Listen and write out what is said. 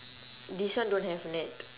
this one don't have net